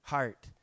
heart